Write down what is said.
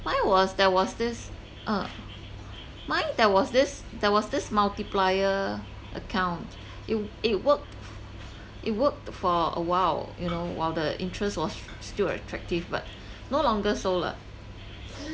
mine was there was this uh mine there was this there was this multiplier account it it worked it worked for a while you know while the interest was still attractive but no longer so lah